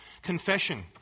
Confession